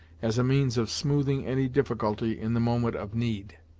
as a means of smoothing any difficulty in the moment of need.